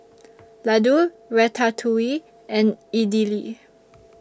Ladoo Ratatouille and Idili